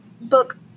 book